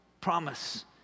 promise